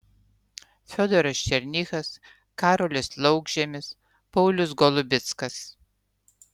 fiodoras černychas karolis laukžemis paulius golubickas